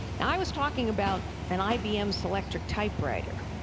now i was talking about an ibm selectric typewriter,